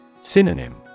Synonym